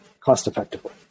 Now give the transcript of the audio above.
cost-effectively